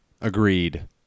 Agreed